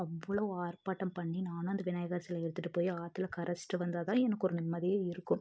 அவ்வளவு ஆர்ப்பாட்டம் பண்ணி நானும் அந்த விநாயகர் சிலையை எடுத்துட்டுப் போய் ஆத்தில் கரைத்துட்டு வந்தால் தான் எனக்கு ஒரு நிம்மதியாக இருக்கும்